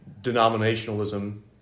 denominationalism